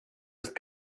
ist